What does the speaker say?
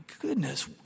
goodness